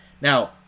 Now